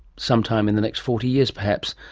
sometime in the next forty years perhaps.